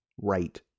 right